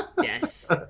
Yes